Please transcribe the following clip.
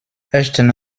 ersten